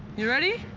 you ready?